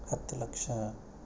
ಹತ್ತು ಲಕ್ಷ